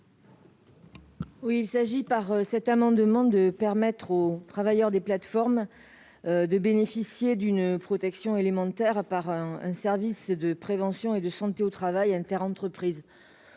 Lubin. Il s'agit de permettre aux travailleurs des plateformes de bénéficier d'une protection élémentaire par un service de prévention et de santé au travail interentreprises.